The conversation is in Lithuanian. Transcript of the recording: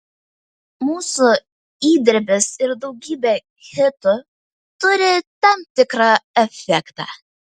mūsų įdirbis ir daugybė hitų turi tam tikrą efektą